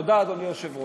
תודה, אדוני היושב-ראש.